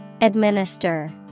Administer